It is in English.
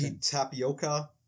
Tapioca